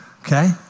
Okay